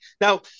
Now